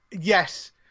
yes